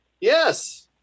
yes